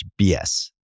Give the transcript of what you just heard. BS